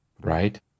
right